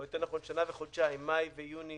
או יותר נכון בשנה וחודשיים, מאי ויוני